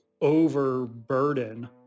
overburden